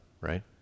right